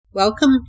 Welcome